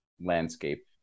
landscape